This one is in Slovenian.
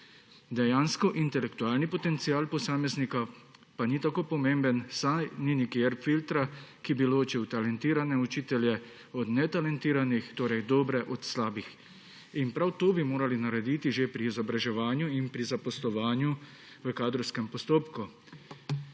Dejansko pa intelektualni potencial posameznika ni tako pomemben, saj ni nikjer filtra, ki bi ločil talentirane učitelje od netalentiranih, torej dobre od slabih. Prav to bi morali narediti že pri izobraževanju in pri zaposlovanju v kadrovskem postopku.